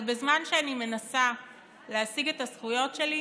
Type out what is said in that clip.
אבל בזמן שאני מנסה להשיג את הזכויות שלי